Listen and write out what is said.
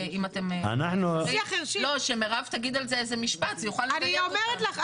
תגידי על זה משפט שנוכל --- אני אומרת לך,